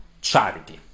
charity